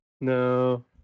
No